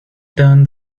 turned